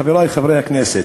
חברי חברי הכנסת,